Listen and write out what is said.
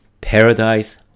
Paradise